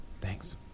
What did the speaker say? Thanks